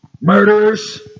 murderers